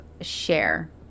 share